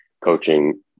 coaching